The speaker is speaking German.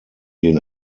den